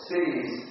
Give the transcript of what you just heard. Cities